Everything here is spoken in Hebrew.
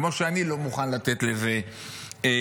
כמו שאני לא מוכן לתת לזה יד.